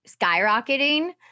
skyrocketing